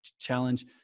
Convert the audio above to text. challenge